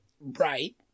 Right